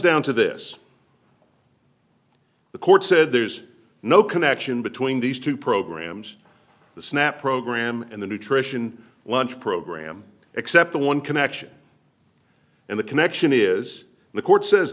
down to this the court said there's no connection between these two programs the snap program and the nutrition lunch program except the one connection and the connection is the court says